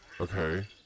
okay